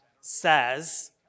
says